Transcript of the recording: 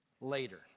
later